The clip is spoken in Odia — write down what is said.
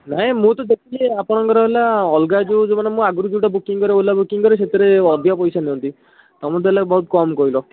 ନାହିଁ ମୁଁ ତ ଦେଖୁଛି ଆପଣଙ୍କର ହେଲା ଅଲଗା ଯେଉଁ ଯେଉଁମାନେ ମୁଁ ଆଗରୁ ଯେଉଁଟା ବୁକିଙ୍ଗ କରେ ଓଲା ବୁକିଙ୍ଗ କରେ ସେଥିରେ ଅଧିକା ପଇସା ନିଅନ୍ତି ତୁମେ ତ ହେଲେ ବହୁତ କମ କହିଲ